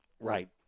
Right